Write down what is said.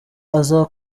aza